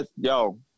Yo